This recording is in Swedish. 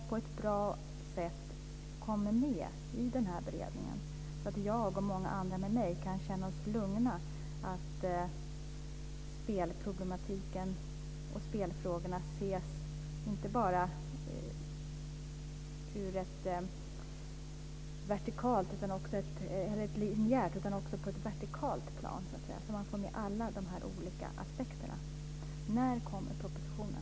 Kan jag, och många andra med mig, känna oss lugna för att spelfrågorna ses också på ett vertikalt plan, så att man får med alla olika aspekter? När kommer propositionen?